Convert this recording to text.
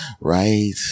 Right